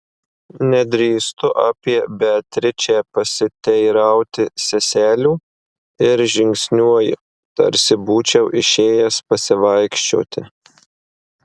nedrįstu apie beatričę pasiteirauti seselių ir žingsniuoju tarsi būčiau išėjęs pasivaikščioti